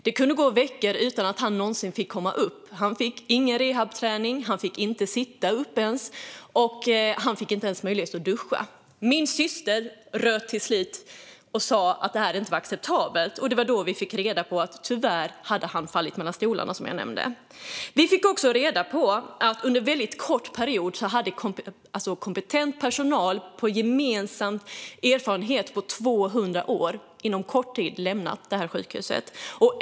Det kunde gå veckor utan att han någonsin fick komma upp. Han fick ingen rehabträning. Han fick inte ens sitta upp. Han fick inte ens möjlighet att duscha. Till slut röt min syster till och sa att det inte var acceptabelt. Det var då vi fick reda på att han tyvärr hade fallit mellan stolarna, som jag nämnde. Vi fick också reda på att kompetent personal med en gemensam erfarenhet på 200 år inom vården på kort tid lämnat sjukhuset.